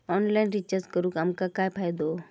Online recharge करून आमका काय फायदो?